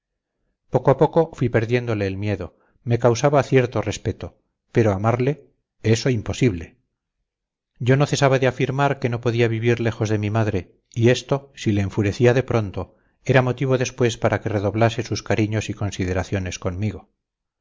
poco a poco fui perdiéndole el miedo me causaba cierto respeto pero amarle eso imposible yo no cesaba de afirmar que no podía vivir lejos de mi madre y esto si le enfurecía de pronto era motivo después para que redoblase sus cariños y consideraciones conmigo